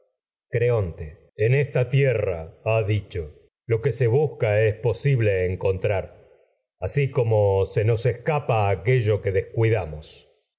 rey creonte es en esta tierra ha dicho lo que se busca como se nos escapa posible encontrar asi aquello que descuidamos